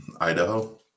Idaho